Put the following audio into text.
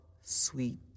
sweet